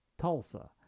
Tulsa